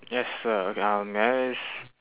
yes sir okay um may I s~